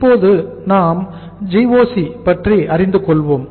இப்போது நாம் GOC பற்றி அறிந்து கொள்வோம்